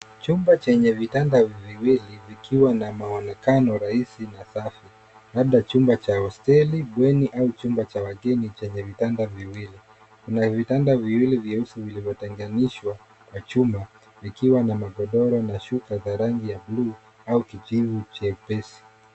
Chumba chenye vitanda viwili vikiwa na mwonekano rahisi na safi. Labda chumba cha hosteli, bweni au chumba cha wageni chenye vitanda viwili. Kuna vitanda viwili vyeusi vilivyotenganishwa na chuma, vikiwa na magodoro na shuka za rangi ya bluu au kijivu chepesi.